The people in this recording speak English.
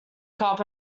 cup